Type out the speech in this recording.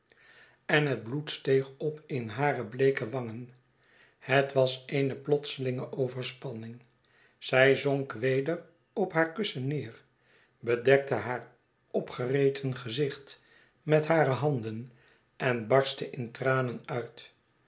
en het bloed steeg op in hare bleeke wangen het was eene plotselinge overspanning zij zonk weder op haar kussen neer bedekte haar opgereten gezicht met hare handen en barstte in tranen uit